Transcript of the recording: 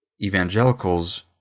evangelicals